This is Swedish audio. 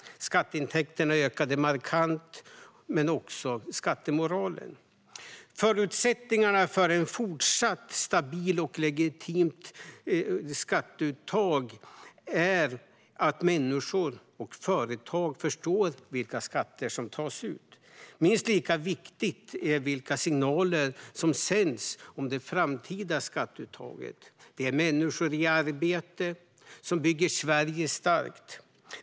Skatteintäkterna ökade markant, och det gjorde också skattemoralen. En förutsättning för att skatteuttaget ska fortsätta att vara stabilt och legitimt är att människor och företag förstår vilka skatter som tas ut. Minst lika viktigt är dock vilka signaler som sänds om det framtida skatteuttaget. Det är människor i arbete som bygger Sverige starkt.